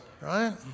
right